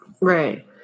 right